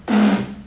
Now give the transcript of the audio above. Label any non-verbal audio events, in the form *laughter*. *noise*